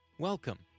Welcome